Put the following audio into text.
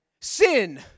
sin